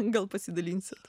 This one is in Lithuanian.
gal pasidalinsit